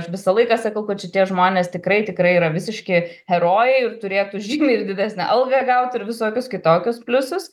aš visą laiką sakau kad šitie žmonės tikrai tikrai yra visiški herojai ir turėtų žymiai ir didesnę algą gaut ir visokius kitokius pliusus